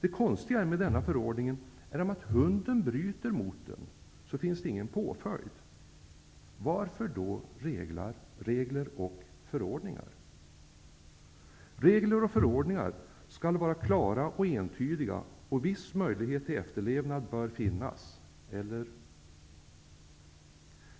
Det konstiga med denna förordning är att om hunden bryter emot den finns det ingen påföljd. Varför skall det då finnas regler och förordningar? Regler och förordningar skall vara klara och entydiga. Det bör finnas en viss möjlighet till efterlevnad, eller hur är det?